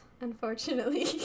unfortunately